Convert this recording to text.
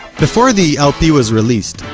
before the lp was released,